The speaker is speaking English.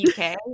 UK